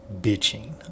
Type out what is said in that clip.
bitching